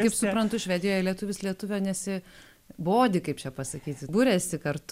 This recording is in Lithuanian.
kaip suprantu švedijoje lietuvis lietuvio nesibodi kaip čia pasakyti buriasi kartu